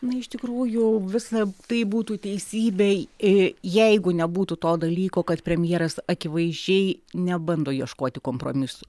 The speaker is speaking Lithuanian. na iš tikrųjų visa tai būtų teisybė ir jeigu nebūtų to dalyko kad premjeras akivaizdžiai nebando ieškoti kompromisų